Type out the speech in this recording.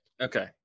Okay